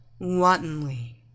wantonly